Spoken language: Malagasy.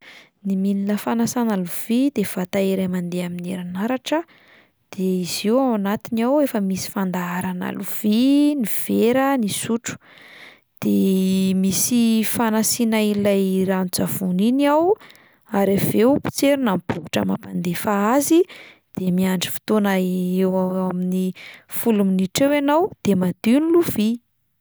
Ny milina fanasana lovia de vata iray mandeha amin'ny herinaratra, de izy io ao anatiny ao efa misy fandaharana lovia, ny vera, ny sotro, de misy fanasiana ilay ranon-tsavony iny ao, ary avy eo potserina ny bokotra mampandefa azy de miandry fotoana eoeo amin'ny folo minitra eo ianao de madio ny lovia.